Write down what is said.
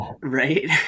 right